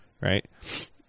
Right